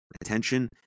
attention